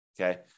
okay